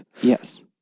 Yes